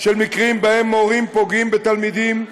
של מקרים שבהם מורים פוגעים בתלמידים,